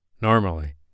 Normally